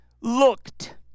looked